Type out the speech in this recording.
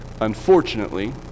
unfortunately